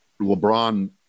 LeBron